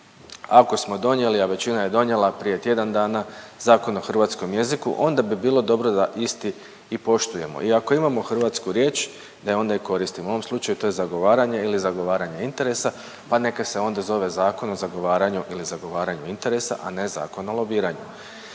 Ako smo donijeli, a većina je donijela prije tjedan dana Zakon o hrvatskom jeziku onda bi bilo dobro da isti i poštujemo i ako imamo hrvatsku riječ da je onda i koristimo, u ovom slučaju to je zagovaranje ili zagovaranje interesa, pa neka se onda zove Zakon o zagovaranju ili zagovaranju interesa, a ne Zakon o lobiranju.